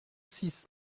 six